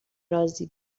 رازی